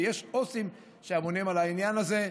ויש עו"סים שאמונים על העניין הזה.